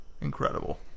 incredible